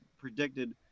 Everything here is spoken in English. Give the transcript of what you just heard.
predicted